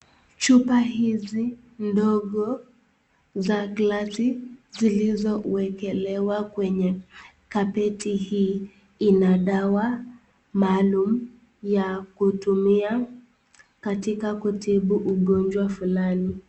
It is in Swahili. Chupa hizi ndogo, za glasi zilizo wekelewa kwenye kapeti hii, ina dawa maalum ya kutumia katika kutibu ugonjwa fulani.